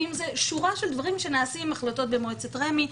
החלטות של מועצות רמ"י,